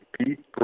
Pete